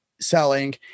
selling